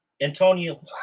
Antonio